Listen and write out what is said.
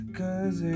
cause